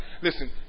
Listen